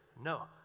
no